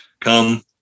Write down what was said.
come